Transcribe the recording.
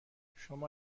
شما